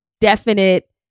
definite